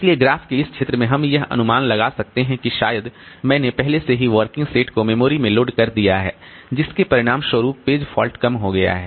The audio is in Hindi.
इसलिए ग्राफ के इस क्षेत्र में हम यह अनुमान लगा सकते हैं कि शायद मैंने पहले से ही वर्किंग सेट को मेमोरी में लोड कर दिया है जिसके परिणामस्वरूप पेज फॉल्ट कम हो गया है